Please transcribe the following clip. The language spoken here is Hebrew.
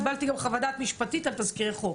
קיבלתי גם חוות דעת משפטית על תזכיר חוק.